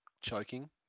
choking